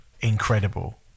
incredible